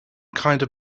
kinda